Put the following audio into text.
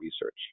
research